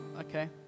Okay